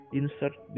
insert